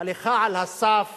הליכה על הסף